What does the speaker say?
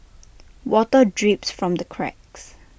water drips from the cracks